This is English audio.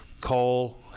coal